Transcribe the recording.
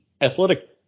Athletic